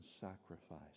sacrifice